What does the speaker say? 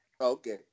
Okay